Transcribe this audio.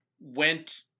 went